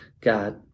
God